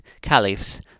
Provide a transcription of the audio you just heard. Caliphs